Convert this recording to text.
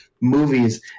movies